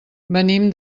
venim